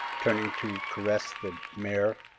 turning to caress the mare.